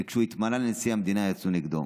וכשהוא התמנה לנשיא המדינה, יצאו נגדו.